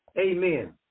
Amen